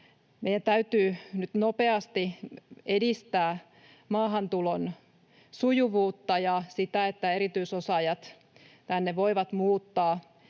Meidän täytyy nyt nopeasti edistää maahantulon sujuvuutta ja sitä, että erityisosaajat voivat muuttaa